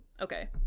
okay